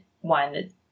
one